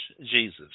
Jesus